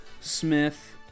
Smith